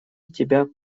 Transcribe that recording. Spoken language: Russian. тебя